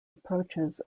approaches